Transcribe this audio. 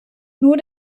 nur